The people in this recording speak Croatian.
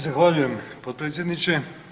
Zahvaljujem potpredsjedniče.